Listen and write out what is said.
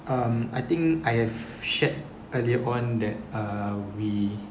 um I think I have shared earlier on that uh we